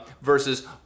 versus